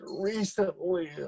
recently